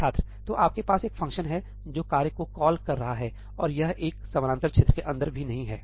छात्र तो आपके पास एक फ़ंक्शन है जो कार्य को कॉल कर रहा है और यह एक समानांतर क्षेत्र के अंदर भी नहीं है